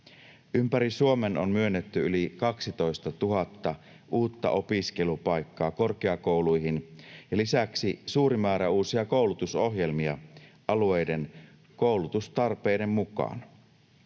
Ympäri Suomen on myönnetty yli 12 000 uutta opiskelupaikkaa korkeakouluihin ja lisäksi suuri määrä uusia koulutusohjelmia alueiden koulutustarpeiden mukaan.